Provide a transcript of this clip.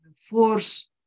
force